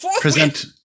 present